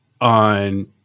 on –